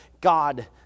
God